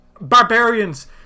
Barbarians